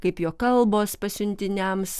kaip jo kalbos pasiuntiniams